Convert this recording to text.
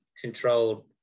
controlled